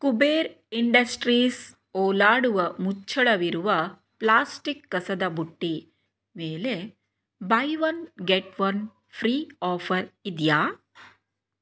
Kuber industries ಓಲಾಡುವ ಮುಚ್ಚಳವಿರುವ plastic ಕಸದ ಬುಟ್ಟಿ ಮೇಲೆ buy one get one free offer ಇದೆಯಾ